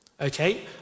Okay